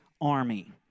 army